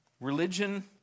Religion